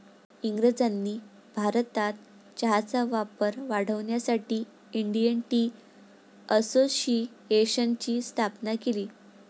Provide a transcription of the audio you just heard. इंग्रजांनी भारतात चहाचा वापर वाढवण्यासाठी इंडियन टी असोसिएशनची स्थापना केली